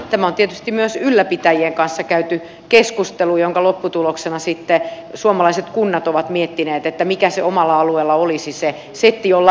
tämä on tietysti myös ylläpitäjien kanssa käyty keskustelu jonka lopputuloksena sitten suomalaiset kunnat ovat miettineet mikä omalla alueella olisi se setti jolla mennään